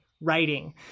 writing